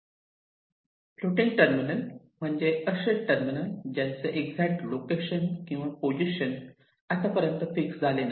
floating terminal म्हणजे असे terminal ज्यांचे एक्झॅक्ट लोकेशन किंवा पोझिशन आतापर्यंत फिक्स झाले नाही